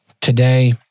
Today